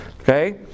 okay